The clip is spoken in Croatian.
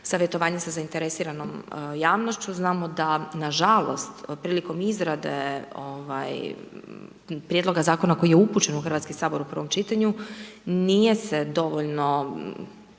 savjetovanju sa zainteresiranom javnošću, znamo da nažalost, prilikom izrade prijedloga zakona koji je upućen u Hrvatski sabor u prvom čitanju nije se dovoljno